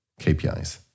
KPIs